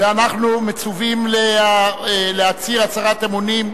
ואנחנו מצווים להצהיר הצהרת אמונים,